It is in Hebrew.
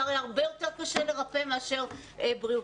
זה הרי הרבה יותר קשה לרפא מאשר בריאותית.